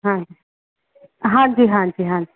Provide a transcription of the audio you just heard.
ਹਾਂ ਹਾਂਜੀ ਹਾਂਜੀ ਹਾਂਜੀ